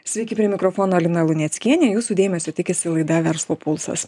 sveiki prie mikrofono lina luneckienė jūsų dėmesio tikisi laida verslo pulsas